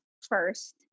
first